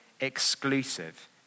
exclusive